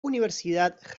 universidad